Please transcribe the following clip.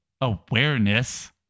awareness